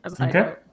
Okay